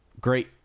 great